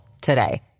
today